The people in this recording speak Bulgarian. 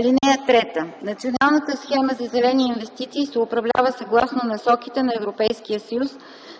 3) Националната схема за зелени инвестиции се управлява съгласно насоките на Европейския съюз